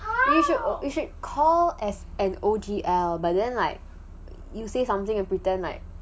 you should you should call as an O_G_L but then like you say something and pretend like